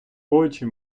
очі